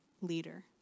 leader